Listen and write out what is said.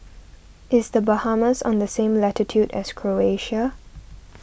is the Bahamas on the same latitude as Croatia